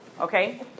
Okay